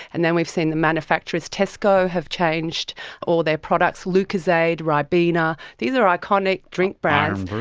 and then we've seen the manufacturers, tesco have changed all their products, lucozade, ribena, these are iconic drink brands,